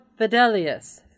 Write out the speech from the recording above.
Fidelius